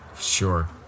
Sure